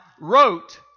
wrote